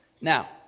Now